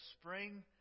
Spring